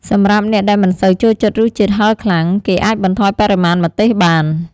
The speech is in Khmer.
សម្រាប់អ្នកដែលមិនសូវចូលចិត្តរសជាតិហឹរខ្លាំង គេអាចបន្ថយបរិមាណម្ទេសបាន។